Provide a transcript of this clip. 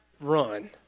run